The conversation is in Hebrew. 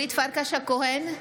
בהצבעה אורית פרקש הכהן,